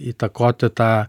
įtakoti tą